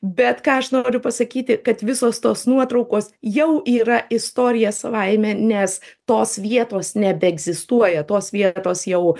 bet ką aš noriu pasakyti kad visos tos nuotraukos jau yra istorija savaime nes tos vietos nebeegzistuoja tos vietos jau